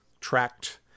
tracked